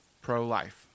pro-life